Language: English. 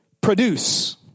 produce